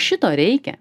šito reikia